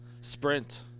Sprint